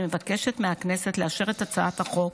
אני מבקשת מהכנסת לאשר את הצעת החוק